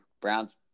Browns